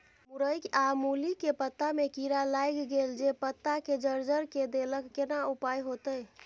मूरई आ मूली के पत्ता में कीरा लाईग गेल जे पत्ता के जर्जर के देलक केना उपाय होतय?